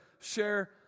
share